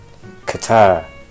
Qatar